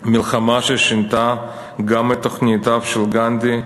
מלחמה ששינתה גם את תוכניותיו של גנדי,